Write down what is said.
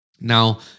Now